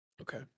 Okay